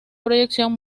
proyección